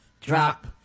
drop